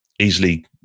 easily